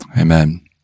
Amen